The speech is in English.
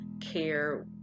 care